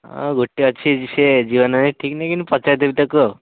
ହଁ ଗୋଟେ ଅଛି ଯେ ସିଏ ଯିବ ନା ନାହିଁ ଠିକ୍ ନାହିଁ କିନ୍ତୁ ପଚାରି ଦେବି ତାକୁ ଆଉ